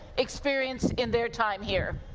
experience in their time here.